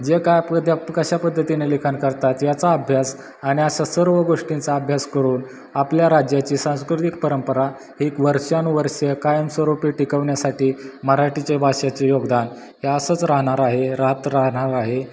जे काय आप त्या कशा पद्धतीने लिखाण करतात याचा अभ्यास आणि अशा सर्व गोष्टींचा आपल्या राज्याची सांस्कृतिक परंपरा ही एक वर्षानुवर्षं कायमस्वरूपी टिकवण्यासाठी मराठीचे भाषेचे योगदान हे असंच राहणार आहे राहत राहणार आहे